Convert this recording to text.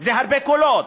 זה הרבה קולות,